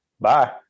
Bye